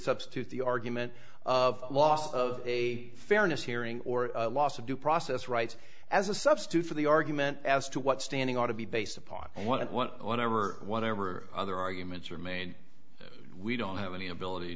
substitute the argument of loss of a fairness hearing or loss of due process rights as a substitute for the argument as to what standing ought to be based upon whatever whatever other arguments are made we don't have any ability